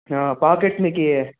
packet మీకు